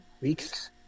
Weeks